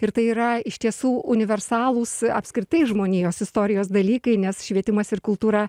ir tai yra iš tiesų universalūs apskritai žmonijos istorijos dalykai nes švietimas ir kultūra